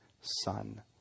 Son